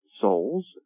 souls